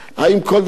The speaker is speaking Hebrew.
צריך או לא צריך?